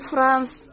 France